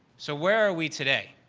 so, where are we today?